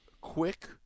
quick